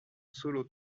sólo